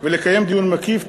ולקיים דיון מקיף,